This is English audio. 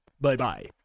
bye-bye